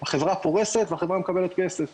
החברה פורסת והחברה מקבלת כסף